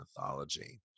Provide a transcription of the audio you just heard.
mythology